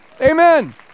Amen